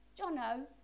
Jono